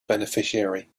beneficiary